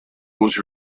was